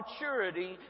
maturity